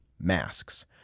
masks